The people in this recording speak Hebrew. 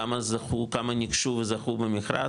כמה נגשו וזכו במכרז,